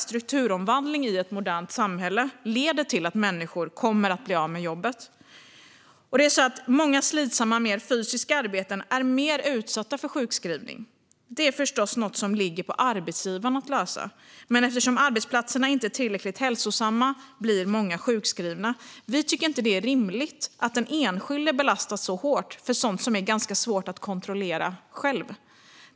Strukturomvandling i ett modernt samhälle leder till att människor kommer att bli av med jobbet. Många slitsamma, mer fysiska yrken är mer utsatta för sjukskrivning. Detta är förstås något som ligger på arbetsgivaren att lösa. Men eftersom arbetsplatserna inte är tillräckligt hälsosamma blir många sjukskrivna. Vi tycker inte att det är rimligt att den enskilde belastas så hårt för sådant som är svårt att själv kunna kontrollera.